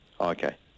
okay